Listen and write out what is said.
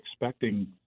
expecting